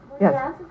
yes